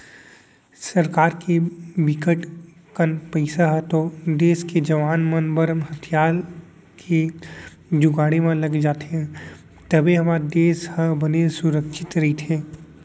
सरकार के बिकट कन पइसा ह तो देस के जवाना मन बर हथियार के जुगाड़े म लग जाथे तभे हमर देस ह बने सुरक्छित रहिथे